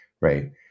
right